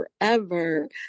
forever